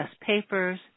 papers